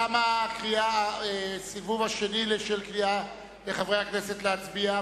תם הסיבוב השני של הקריאה לחברי הכנסת להצביע,